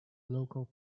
local